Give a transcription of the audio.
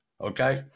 okay